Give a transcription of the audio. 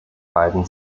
beiden